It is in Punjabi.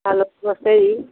ਹੈਲੋ ਨਮਸਤੇ ਜੀ